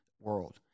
world